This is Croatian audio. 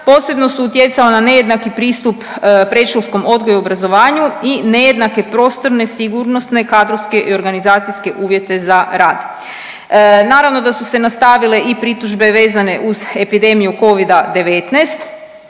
posebno su utjecala na nejednaki pristup predškolskom odgoju i obrazovanju i nejednake prostorne, sigurnosne, kadrove i organizacijske uvjete za rad. Naravno da su se nastavile i pritužbe vezane uz epidemiju covida-19,